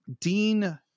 Dean